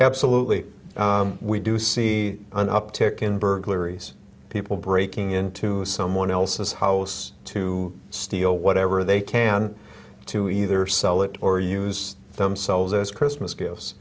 absolutely we do see an uptick in burglaries people breaking into someone else's house to steal whatever they can to either sell it or use themselves as christmas